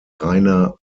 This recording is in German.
rainer